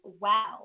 wow